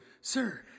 Sir